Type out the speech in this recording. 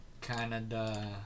Canada